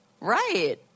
Right